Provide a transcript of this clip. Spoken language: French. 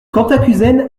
cantacuzène